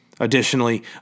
Additionally